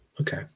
okay